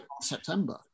September